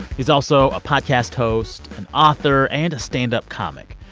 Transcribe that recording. he's also a podcast host, an author and a standup comic.